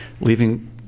leaving